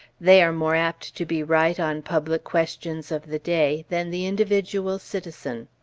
they are more apt to be right, on public questions of the day, than the individual citizen.